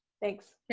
thanks.